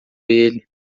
ele